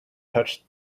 touched